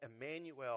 Emmanuel